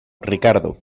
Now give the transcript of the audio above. ricardo